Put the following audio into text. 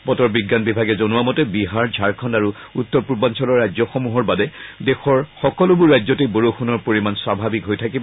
বতৰ বিজ্ঞান বিভাগে জনোৱা মতে বিহাৰ ঝাৰখণ্ড আৰু উত্তৰ পূৰ্বাঞ্চলৰ ৰাজ্যসমূহৰ বাদে দেশৰ সকলোবোৰ ৰাজ্যতেই বৰষুণৰ পৰিমাণ স্বাভাৱিক হৈ থাকিব